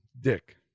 Dick